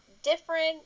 Different